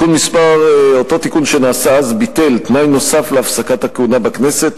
אותו תיקון שנעשה אז ביטל תנאי נוסף להפסקת הכהונה בכנסת,